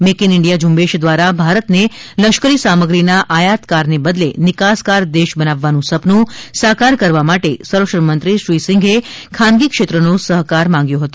make India ઝુંબેશ વારા ભારતને લશ્કરી સામગ્રીના આયાતકારને બદલે નિકાસકાર દેશ બનાવવાનું સપનું સાકાર કરવા માટે સંરક્ષણ મંત્રી શ્રી સિંઘે ખાનગી ક્ષેત્રનો સહકાર માંગ્યો હતો